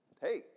hey